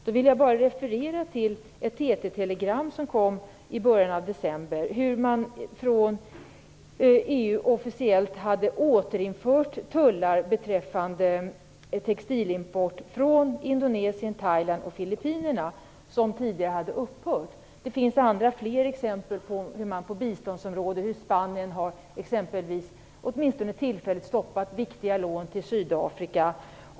Jag vill bara referera till ett TT-telegram som kom i början av december. Det handlar om hur EU officiellt hade återinfört tullar - beträffande textilimport från Indonesien, Thailand och Filippinerna - som tidigare hade upphört. Det finns fler exempel på hur t.ex. Spanien, åtminstone tillfälligt, har stoppat viktiga lån till Sydafrika.